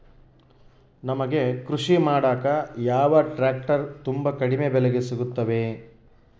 ನಮಗೆ ಕೃಷಿ ಮಾಡಾಕ ಯಾವ ಟ್ರ್ಯಾಕ್ಟರ್ ತುಂಬಾ ಕಡಿಮೆ ಬೆಲೆಗೆ ಸಿಗುತ್ತವೆ?